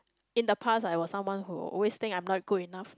in the past I was someone who always think I'm not good enough